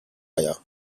eier